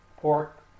pork